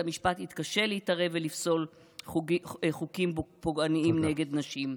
בית המשפט יתקשה להתערב ולפסול חוקים פוגעניים נגד נשים.